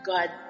God